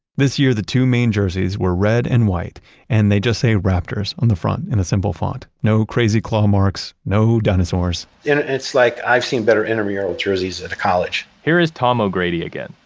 this year the two main jerseys were red and white, and they just say raptors on the front in a simple font. no crazy claw marks, no dinosaurs. it's like, i've seen better intramural jerseys at a college. here's tom o'grady again.